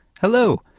Hello